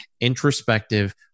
introspective